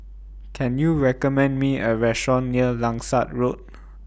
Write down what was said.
Can YOU recommend Me A Restaurant near Langsat Road